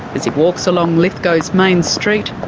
as he walks along lithgow's main street,